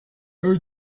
her